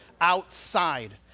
outside